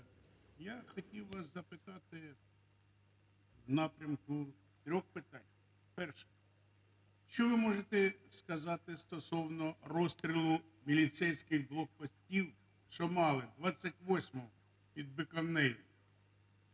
я хотів вас запитати в напрямку трьох питань. Перше. Що ви можете сказати стосовно розстрілу міліцейських блокпостів, що мали 28-го під Биківнею,